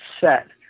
set